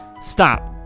stop